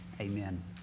amen